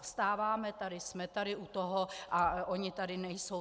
Vstáváme tady, jsme tady u toho, a oni tady nejsou.